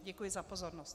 Děkuji za pozornost.